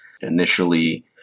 initially